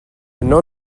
yno